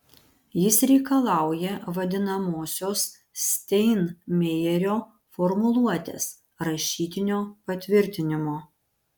jis reikalauja vadinamosios steinmeierio formuluotės rašytinio patvirtinimo